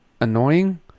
annoying